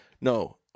No